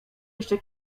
jeszcze